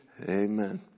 Amen